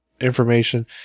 information